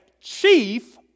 chief